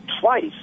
twice